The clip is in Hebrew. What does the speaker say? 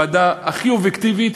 ועדה הכי אובייקטיבית,